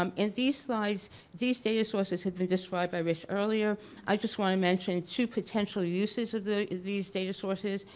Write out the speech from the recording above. um in these slides these data sources have been described by rich earlier i just want to mention two potential uses of these data sources,